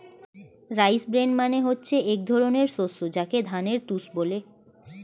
rice bran মানে হচ্ছে এক ধরনের শস্য যাকে ধানের তুষ বলে